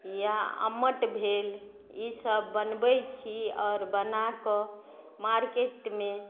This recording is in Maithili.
या अम्मट भेल ई सब बनबय छी आओर बनाकऽ मार्केटमे